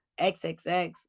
xxx